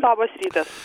labas rytas